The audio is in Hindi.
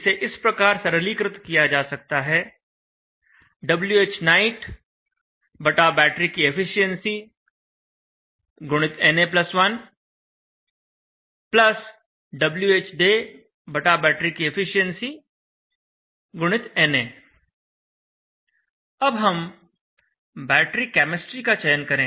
इसे इस प्रकार सरलीकृत किया जा सकता है Whnight बैटरी की efficiency x na 1 Whday battery की एफिशिएंसी x na अब हम बैटरी केमिस्ट्री का चयन करें